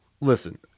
Listen